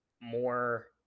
more